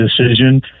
decision